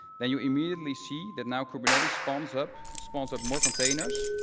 then, you immediately see that now, kubernetes spawns up spawns up more containers.